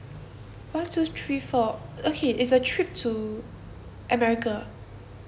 one two three four okay it's a trip to america